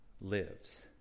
lives